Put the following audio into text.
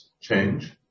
change